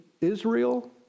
Israel